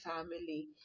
family